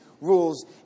rules